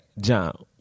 John